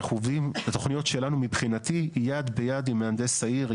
אנחנו עובדים בתוכניות שלנו מבחינתי יד ביד עם מהנדס העיר,